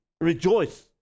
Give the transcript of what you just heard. rejoice